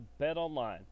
BetOnline